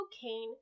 cocaine